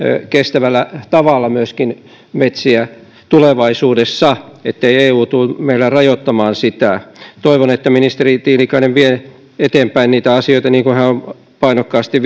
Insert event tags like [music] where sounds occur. kestävällä tavalla metsiä tulevaisuudessa ettei eu tule meillä rajoittamaan sitä toivon että ministeri tiilikainen vie eteenpäin niitä asioita niin kuin hän on painokkaasti [unintelligible]